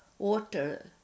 water